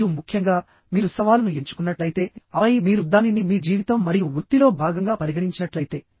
మరియు ముఖ్యంగా మీరు సవాలును ఎంచుకున్నట్లయితే ఆపై మీరు దానిని మీ జీవితం మరియు వృత్తిలో భాగంగా పరిగణించినట్లయితే